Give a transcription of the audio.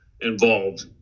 involved